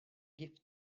gift